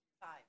Five